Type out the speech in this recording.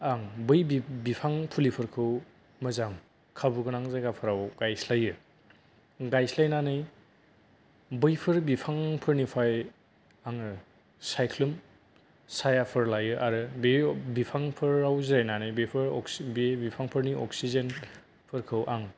आं बै बि बिफां फुलिफोरखौ मोजां खाबुगोनां जायगाफोराव गायस्लायो गायस्लायनानै बैफोर बिफांफोरनिफ्राय आङो सायख्लुम सायाफोर लायो आरो बे बिफांफोराव जिरायनानै बेफोर अक्सि बे बिफांफोरनि अक्सिजेन फोरखौ आं